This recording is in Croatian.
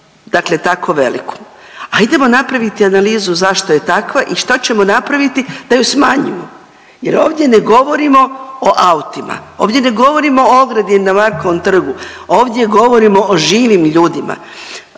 dakle tako veliku, ajdemo napraviti analizu zašto je tako i što ćemo napraviti da ju smanjimo jel ovdje ne govorimo o autima, ovdje ne govorimo o ogradi na Markovom trgu ovdje govorimo o živim ljudima.